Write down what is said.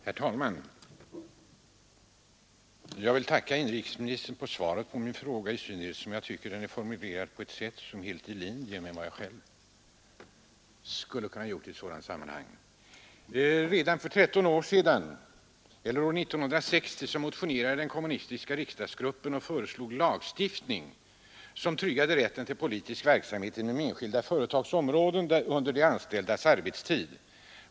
Herr talman! Jag vill tacka inrikesministern för svaret på min fråga, i synnerhet som den är formulerad på ett sätt som är helt i linje med vad jag själv anser. Redan för 13 år sedan eller år 1960 motionerade den kommunistiska riksdagsgruppen och föreslog lagstiftning som tryggade rätten till politisk verksamhet inom enskilda företags områden under de anställdas arbetstid.